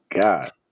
God